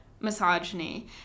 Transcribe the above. misogyny